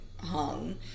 hung